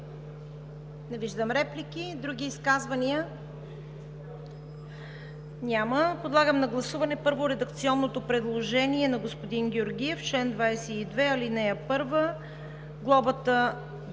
Не виждам. Други изказвания? Няма. Подлагам на гласуване, първо, редакционното предложение на господин Георгиев – в чл. 22, ал. 1 глобата да